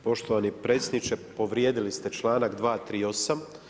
Poštovani predsjedniče, povrijedili ste članak 238.